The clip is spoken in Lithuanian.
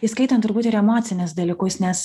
įskaitant turbūt ir emocinius dalykus nes